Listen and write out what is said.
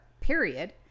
Period